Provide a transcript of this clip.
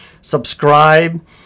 subscribe